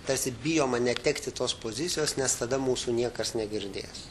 tarsi bijoma netekti tos pozicijos nes tada mūsų niekas negirdės